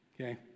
Okay